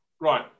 Right